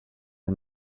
and